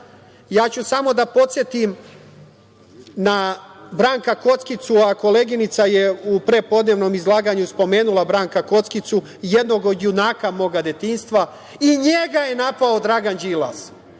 ću samo da podsetim na Branka Kockicu, a koleginica je u prepodnevnom izlaganju spomenula Branka Kockicu, jednog od junaka moga detinjstva, i njega je napao Dragan Đilas.